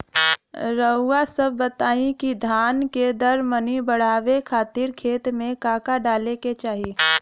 रउआ सभ बताई कि धान के दर मनी बड़ावे खातिर खेत में का का डाले के चाही?